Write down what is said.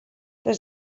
there